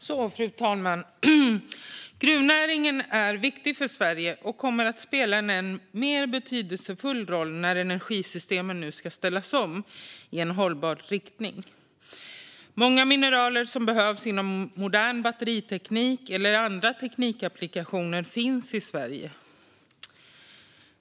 Fru talman! Gruvnäringen är viktig för Sverige och kommer att spela en än mer betydelsefull roll när energisystemet nu ska ställas om i en hållbar riktning. Många mineraler som behövs inom modern batteriteknik eller andra teknikapplikationer finns i Sverige.